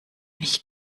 ich